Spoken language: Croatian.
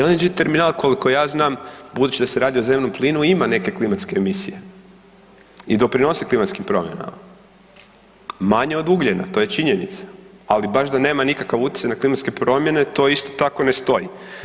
LNG terminal koliko ja znam budući da se radio o zemnom plinu ima neke klimatske emisije i doprinosi klimatskim promjenama, manje od ugljena to je činjenica, ali baš da nema nikakav utjecaj na klimatske promjene to isto tako ne stoji.